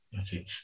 Okay